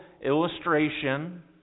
illustration